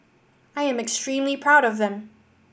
I am extremely proud of them